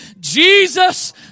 Jesus